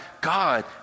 God